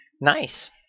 Nice